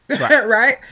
Right